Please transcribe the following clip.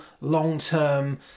long-term